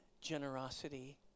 generosity